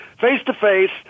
face-to-face